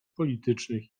politycznych